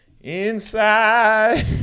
inside